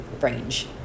range